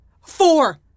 Four